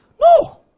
No